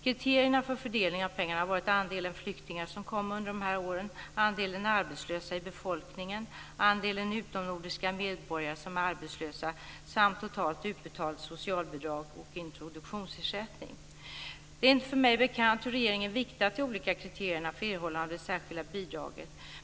Kriterierna för fördelningen av pengarna har varit andelen flyktingar som kom under de här åren, andelen arbetslösa i befolkningen, andelen utomnordiska medborgare som är arbetslösa samt totalt utbetalt socialbidrag och introduktionsersättning. Det är inte för mig bekant hur regeringen viktat de olika kriterierna för erhållande av det särskilda bidraget.